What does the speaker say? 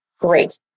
Great